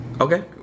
okay